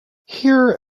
here